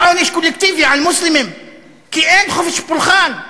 זה עונש קולקטיבי על מוסלמים, כי אין חופש פולחן.